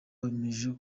wemeje